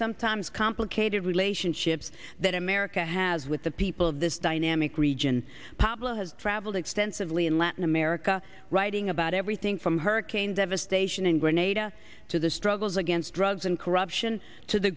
sometimes complicated relationships that america has with the people of this dynamic region pablo has traveled extensively in latin america writing about everything from hurricane devastation in grenada to the struggles against drugs and corruption to the